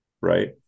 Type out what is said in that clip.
Right